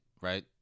right